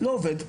לא עובד.